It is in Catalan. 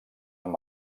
amb